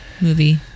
movie